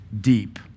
deep